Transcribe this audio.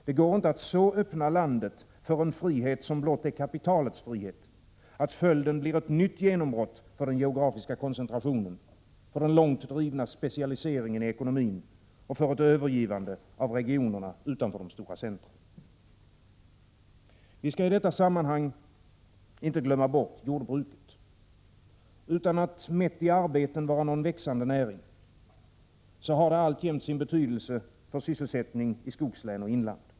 Det går inte att så öppna landet för en frihet som blott är kapitalets frihet, att följden blir ett nytt genombrott för den geografiska koncentrationen, för den långt drivna specialiseringen i ekonomin och för ett övergivande av regionerna utanför de stora centra. Vi skall i detta sammanhang inte glömma bort jordbruket. Utan att mätt i arbeten vara någon växande näring, har det alltjämt sin betydelse för sysselsättning i skogslän och inland.